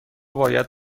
باید